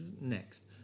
next